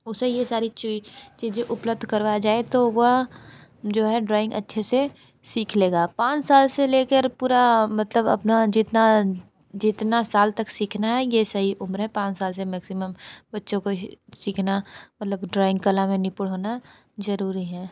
उसे ये सारी चीजे उपलब्ध करवाया जाए तो वह जो है ड्रॉइंग अच्छे से सीख लेगा पाँच साल से लेकर पूरा मतलब अपना जितना जितना साल तक सीखना है ये सही उम्र पाँच साल से मैक्सिमम बच्चों को सीखना मतलब ड्रॉइंग कला में निपुण होना ज़रूरी है